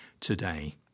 today